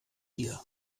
dir